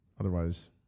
Otherwise